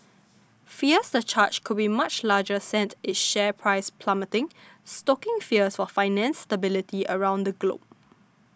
fears the charge could be much larger sent its share price plummeting stoking fears for finance stability around the globe